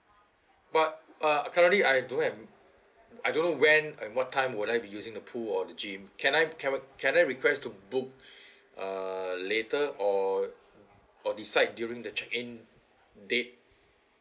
but uh currently I don't have I don't know when and what time will I be using the pool or the gym can I can I can I request to book err later or or decide during the check-in date